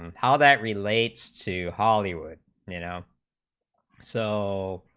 um how that relates to hollywood you know so